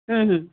ହୁଁ ହୁଁ